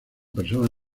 personas